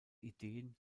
ideen